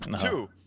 Two